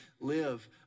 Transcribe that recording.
live